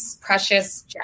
precious